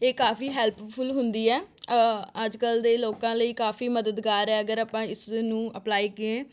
ਇਹ ਕਾਫੀ ਹੈਲਪਫੁਲ ਹੁੰਦੀ ਹੈ ਅੱਜ ਕੱਲ੍ਹ ਦੇ ਲੋਕਾਂ ਲਈ ਕਾਫੀ ਮਦਦਗਾਰ ਹੈ ਅਗਰ ਆਪਾਂ ਇਸ ਨੂੰ ਅਪਲਾਈ ਕਰੀਏ